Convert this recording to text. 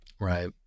Right